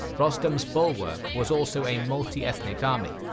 rostam's bulwark was also a multi-ethnic army,